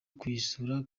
kuyisura